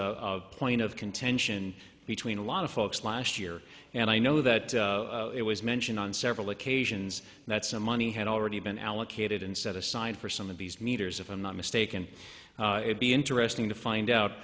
a point of contention between a lot of folks last year and i know that it was mentioned on several occasions that some money had already been allocated and set aside for some of these meters if i'm not mistaken it be interesting to find out